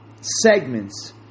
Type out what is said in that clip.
segments